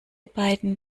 beiden